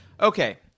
Okay